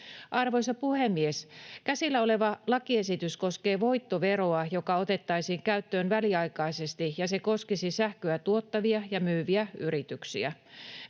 Arvoisa puhemies! Käsillä oleva lakiesitys koskee voittoveroa, joka otettaisiin käyttöön väliaikaisesti, ja se koskisi sähköä tuottavia ja myyviä yrityksiä.